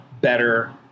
better